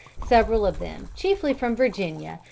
several of them, chiefly from virginia,